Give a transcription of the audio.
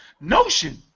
notion